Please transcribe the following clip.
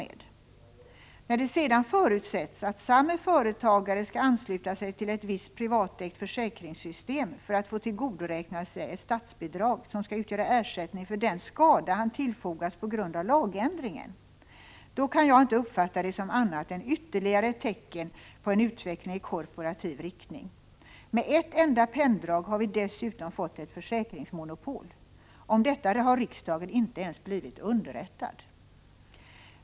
När det sedan förutsätts att samme företagare skall ansluta sig till ett visst privatägt försäkringssystem för att få tillgodoräkna sig ett statsbidrag som skall utgöra ersättning för den skada han tillfogas på grund av lagändringen, då kan jag inte uppfatta det som annat än ytterligare ett tecken på en utveckling i korporativ riktning. Med ett enda penndrag har vi dessutom fått ett försäkringsmonopol. Om detta har riksdagen inte ens blivit underrättad.